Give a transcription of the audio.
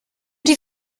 die